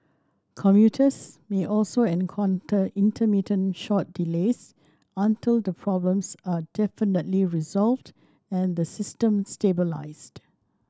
commuters may also encounter intermittent short delays until the problems are definitively resolved and the system stabilised